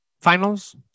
finals